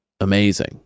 amazing